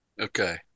okay